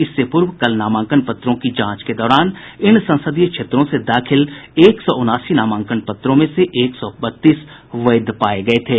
इससे पूर्व कल नामांकन पत्रों की जांच के दौरान इन संसदीय क्षेत्रों से दाखिल एक सौ उनासी नामांकन पत्रों में से एक सौ बत्तीस वैध पाये गये थे